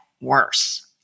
worse